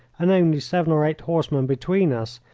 and only seven or eight horsemen between us,